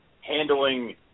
handling